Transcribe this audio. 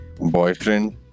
boyfriend